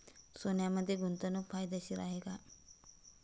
सोन्यामध्ये गुंतवणूक फायदेशीर आहे का?